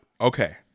Okay